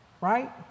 right